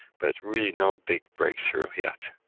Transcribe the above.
but really no big breakthrough yet,